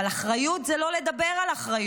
אבל אחריות זה לא לדבר על אחריות.